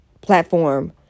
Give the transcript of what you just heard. platform